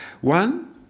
One